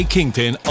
Kingpin